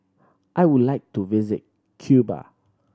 I would like to visit Cuba